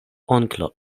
onklo